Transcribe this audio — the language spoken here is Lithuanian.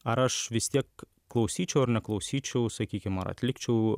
ar aš vis tiek klausyčiau ir neklausyčiau sakykim ar atlikčiau